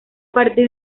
partir